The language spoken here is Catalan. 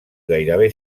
gairebé